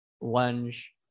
lunge